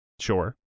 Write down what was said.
Sure